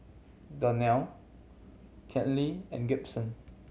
Donnell Karley and Gibson